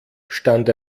stand